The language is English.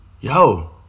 Yo